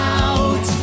out